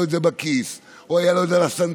את זה בכיס או היה לו את זה על הסנטר,